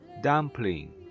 Dumpling